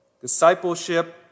Discipleship